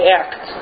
act